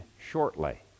shortly